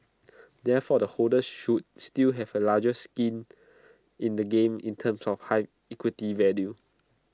therefore the holders should still have A larger skin in the game in terms of high equity value